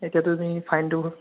এতিয়াতো তুমি ফাইনটো